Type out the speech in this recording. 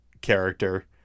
character